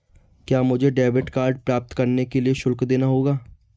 क्या मुझे debit card प्राप्त करने के लिए शुल्क देना होगा?